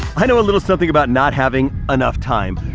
i know a little something about not having enough time.